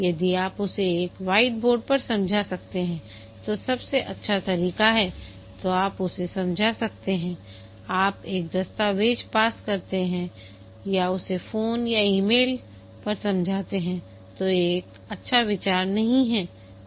यदि आप उसे एक व्हाइटबोर्ड पर समझा सकते हैं जो सबसे अच्छा तरीका है तो आप उसे समझा सकते हैं आप एक दस्तावेज़ पास करते हैं या उसे फ़ोन या ईमेल पर समझाते हैं जो एक अच्छा विचार नहीं है